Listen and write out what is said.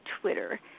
Twitter